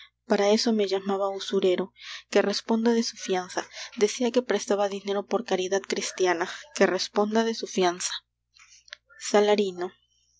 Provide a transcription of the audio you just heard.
para eso me llamaba usurero que responda de su fianza decia que prestaba dinero por caridad cristiana que responda de su fianza salarino